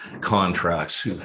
contracts